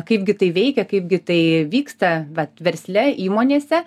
kaip gi tai veikia kaip gi tai vyksta vat versle įmonėse